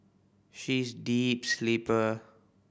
she is a deep sleeper